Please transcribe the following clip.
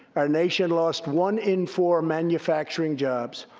our nation lost one in four manufacturing jobs.